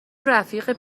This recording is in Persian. رفیق